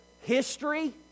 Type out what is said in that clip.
history